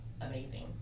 amazing